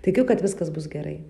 tikiu kad viskas bus gerai